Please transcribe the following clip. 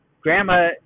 grandma